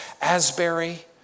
Asbury